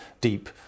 deep